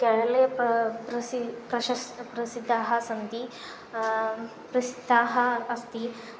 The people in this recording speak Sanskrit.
केरळे प्रा प्रसिद्धं प्रशस्तं प्रसिद्धाः सन्ति प्रसिद्धाः अस्ति